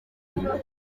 mwaka